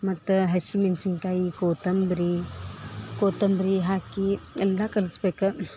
ಮತ್ತು ಹಸಿಮೆಣ್ಸಿನ ಕಾಯಿ ಕೋತಂಬರಿ ಕೋತಂಬರಿ ಹಾಕಿ ಎಲ್ಲಾ ಕಲಿಸ ಬೇಕು